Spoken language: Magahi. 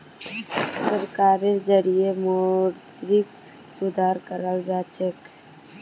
सरकारेर जरिएं मौद्रिक सुधार कराल जाछेक